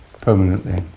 permanently